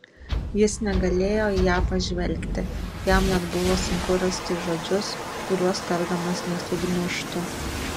jis negalėjo į ją pažvelgti jam net buvo sunku rasti žodžius kuriuos tardamas nesugniužtų